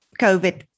COVID